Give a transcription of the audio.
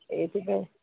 ଏଇଥିପାଇଁ